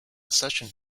session